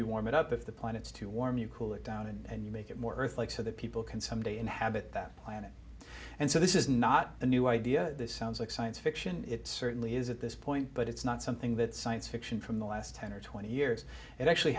you warm it up if the planet's too warm you cool it down and you make it more earth like so that people can someday inhabit that planet and so this is not a new idea this sounds like science fiction it certainly is at this point but it's not something that science fiction from the last ten or twenty years it actually